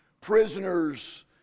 prisoners